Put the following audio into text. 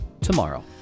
tomorrow